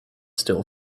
still